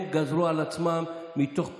הם גזרו על עצמם, מתוך צניעות,